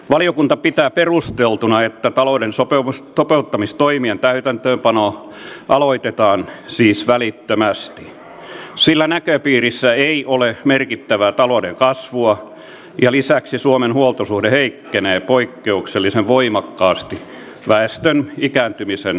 valiokunta pitää perusteltuna että talouden sopeuttamistoimien täytäntöönpano aloitetaan siis välittömästi sillä näköpiirissä ei ole merkittävää talouden kasvua ja lisäksi suomen huoltosuhde heikkenee poikkeuksellisen voimakkaasti väestön ikääntymisen johdosta